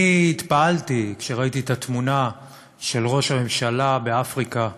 אני התפעלתי כשראיתי את התמונה של ראש הממשלה באפריקה,